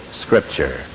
scripture